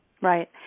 Right